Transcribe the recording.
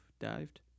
dived